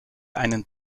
einen